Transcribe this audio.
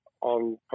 on